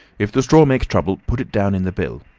if the straw makes trouble put it down in the bill.